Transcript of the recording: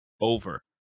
over